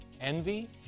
envy